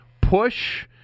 push